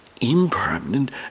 impermanent